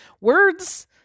Words